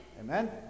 Amen